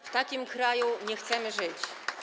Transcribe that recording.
W takim kraju nie chcemy żyć.